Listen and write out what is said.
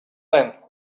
then